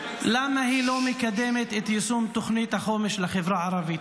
למה היא לא מקדמת את יישום תוכנית החומש לחברה הערבית.